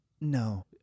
No